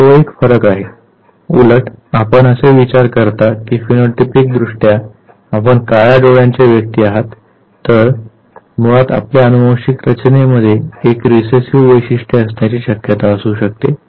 तो एक फरक आहे उलट आपण असे विचार करता की फिनोटीपिकदृष्ट्या आपण काळ्या डोळ्याच्या व्यक्ती आहात तर मुळात आपल्या अनुवांशिक रचणेमध्ये एक रिसेसिव्ह वैशिष्ट्य असण्याची शक्यता असू शकते